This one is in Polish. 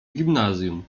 gimnazjum